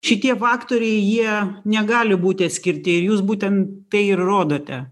šitie faktoriai jie negali būti atskirti ir jūs būtent tai ir rodote